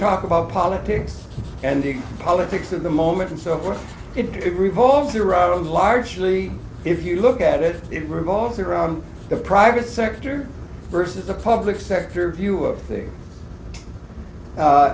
about politics and politics of the moment and so forth into it revolves around largely if you look at it it revolves around the private sector versus the public sector view of things